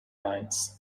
lines